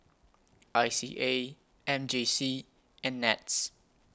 I C A M J C and Nets